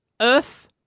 Earth